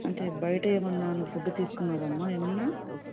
అంటే బయట ఏమన్న నువ్వు ఫుడ్ తీసుకున్నావా అమ్మ ఏమన్న